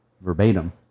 verbatim